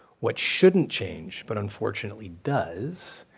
what shouldn't change, but unfortunately does,